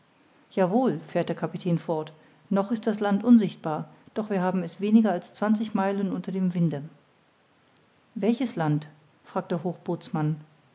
wohl fährt der kapitän fort noch ist das land unsichtbar doch wir haben es weniger als zwanzig meilen unter dem winde welches land fragt